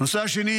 הנושא השני,